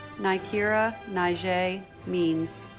nikera nyjae means